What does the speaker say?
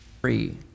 free